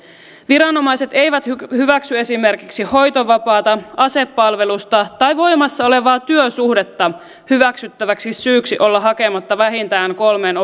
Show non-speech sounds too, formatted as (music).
viranomaiset eivät hyväksy esimerkiksi hoitovapaata asepalvelusta tai voimassa olevaa työsuhdetta hyväksyttäväksi syyksi olla hakematta vähintään kolmeen (unintelligible)